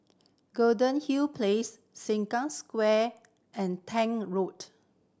Golden Hill Place Sengkang Square and Tank Road